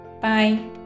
Bye